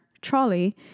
trolley